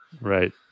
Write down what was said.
Right